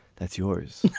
that's yours.